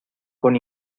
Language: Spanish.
con